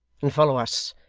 and follow us,